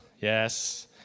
Yes